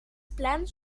plans